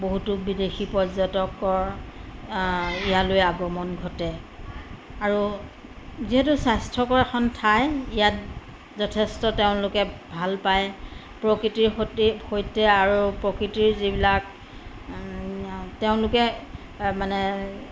বহুতো বিদেশী পৰ্যটকৰ ইয়ালৈ আগমন ঘটে আৰু যিহেতু স্বাস্থ্যকৰ এখন ঠাই ইয়াত যথেষ্ট তেওঁলোকে ভাল পায় প্ৰকৃতিৰ সৈতে সৈতে আৰু প্ৰকৃতিৰ যিবিলাক তেওঁলোকে মানে